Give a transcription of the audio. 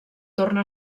torna